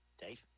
Dave